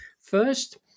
First